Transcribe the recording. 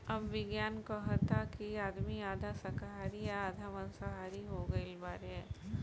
अब विज्ञान कहता कि आदमी आधा शाकाहारी आ आधा माँसाहारी हो गईल बाड़े